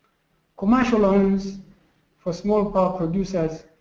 commercial loans for small power producers,